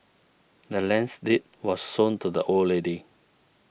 the land's deed was sold to the old lady